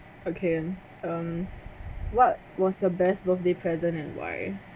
okay then mm what was the best birthday present and why